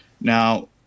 Now